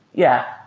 yeah.